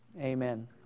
Amen